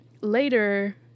later